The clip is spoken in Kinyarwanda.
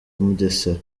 mugesera